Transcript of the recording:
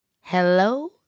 Hello